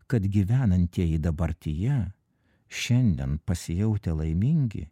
kad gyvenantieji dabartyje šiandien pasijautę laimingi